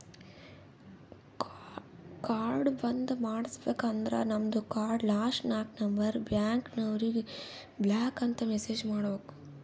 card ಬಂದ್ ಮಾಡುಸ್ಬೇಕ ಅಂದುರ್ ನಮ್ದು ಕಾರ್ಡ್ ಲಾಸ್ಟ್ ನಾಕ್ ನಂಬರ್ ಬ್ಯಾಂಕ್ನವರಿಗ್ ಬ್ಲಾಕ್ ಅಂತ್ ಮೆಸೇಜ್ ಮಾಡ್ಬೇಕ್